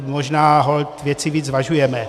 Možná holt věci víc zvažujeme.